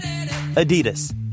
Adidas